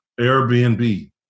Airbnb